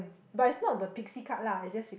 but it's not the pixie cut lah is just she cut